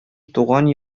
туган